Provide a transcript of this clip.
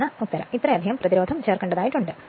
ഇതാണ് ഉത്തരം ഇത്രയധികം പ്രതിരോധം ചേർക്കേണ്ടതുണ്ട്